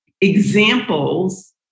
examples